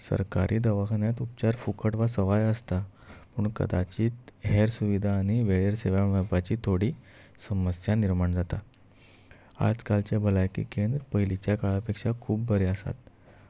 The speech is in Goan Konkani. सरकारी दवाखान्यात उपचार फुकट वा सवाय आसता पूण कदाचीत हेर सुविधा आनी वेळेर सेवा मेळपाची थोडी समस्या निर्माण जाता आज कालचे भलायकी केंद्र पयलींच्या काळा पेक्षा खूब बरे आसात